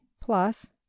plus